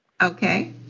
Okay